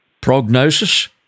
Prognosis